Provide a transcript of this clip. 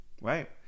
right